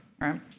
right